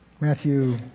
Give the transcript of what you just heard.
Matthew